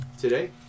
today